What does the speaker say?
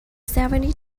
seventy